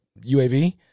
UAV